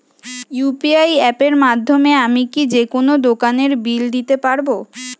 UPI অ্যাপের মাধ্যমে আমি কি যেকোনো দোকানের বিল দিতে পারবো?